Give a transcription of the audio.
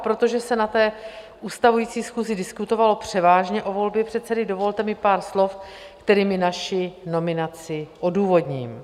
A protože se na ustavující schůzi diskutovalo převážně o volbě předsedy, dovolte mi pár slov, kterými naši nominaci odůvodním.